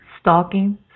stalking